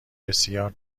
بسیار